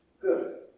good